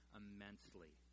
immensely